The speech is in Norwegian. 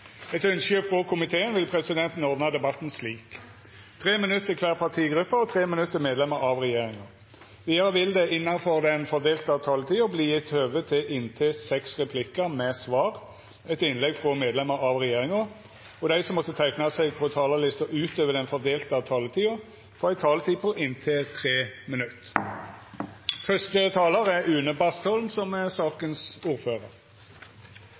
Etter ynske frå energi- og miljøkomiteen vil presidenten ordna debatten slik: 3 minutt til kvar partigruppe og 3 minutt til medlemer av regjeringa. Vidare vil det – innanfor den fordelte taletida – verta gjeve høve til inntil seks replikkar med svar etter innlegg frå medlemer av regjeringa, og dei som måtte teikna seg på talarlista utover den fordelte taletida, får ei taletid på inntil 3 minutt.